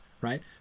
right